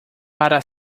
para